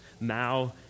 Mao